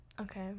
Okay